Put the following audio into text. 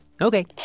Okay